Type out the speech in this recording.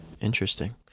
interesting